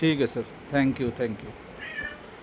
ٹھیک ہے sir thank you thank you